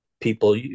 people